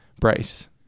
Bryce